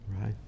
right